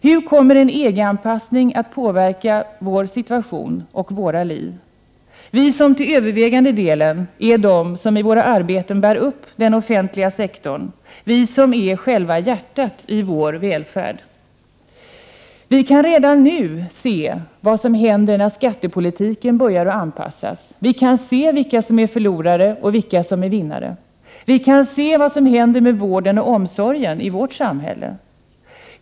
Hur kommer en EG-anpassning att påverka vår situation och våra liv? Vi är till övervägande delen de som i våra arbeten bär upp den offentliga sektorn. Vi är själva hjärtat i välfärden. Vi kan redan nu se vad som händer när skattepolitiken börjar anpassas. Vi kan se vilka som är förlorare och vilka som är vinnare. Vi kan se vad som händer med vården och omsorgen i vårt samhälle.